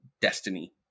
destiny